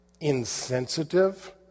insensitive